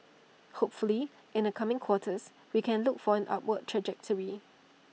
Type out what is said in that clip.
hopefully in the coming quarters we can look for an upward trajectory